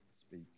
speak